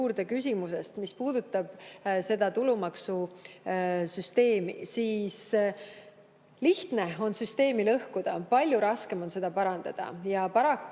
küsimusest, mis puudutab tulumaksusüsteemi. Lihtne on süsteemi lõhkuda, palju raskem on seda parandada. Paraku